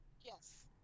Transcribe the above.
Yes